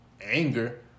anger